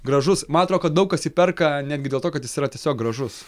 gražus man atrodo kad daug kas jį perka netgi dėl to kad jis yra tiesiog gražus